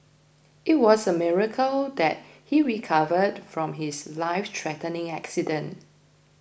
it was a miracle that he recovered from his lifethreatening accident